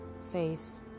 says